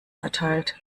verteilt